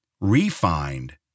refined